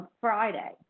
Friday